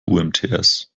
umts